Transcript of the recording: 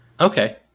Okay